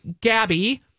Gabby